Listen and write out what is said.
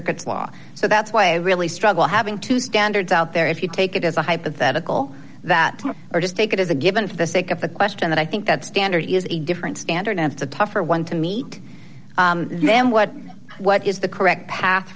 circuits law so that's why i really struggle having two standards out there if you take it as a hypothetical that or just take it as a given for the sake of the question that i think that standard is a different standard and it's a tougher one to meet them what what is the correct pa